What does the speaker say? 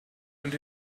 und